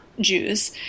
Jews